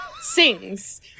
sings